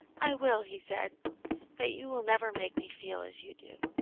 i will, he said but you will never make me feel as you do.